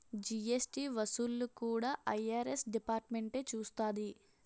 GST వసూళ్లు కూడా IRS డిపార్ట్మెంటే చూస్తాది